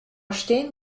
steen